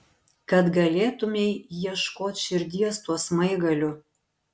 kad galėtumei ieškot širdies tuo smaigaliu